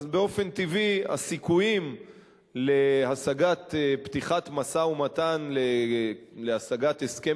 באופן טבעי הסיכויים להשגת פתיחת משא-ומתן להשגת הסכם